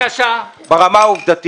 פשוט מעשה הונאה.